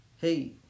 Hey